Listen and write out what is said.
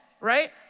right